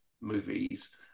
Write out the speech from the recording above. movies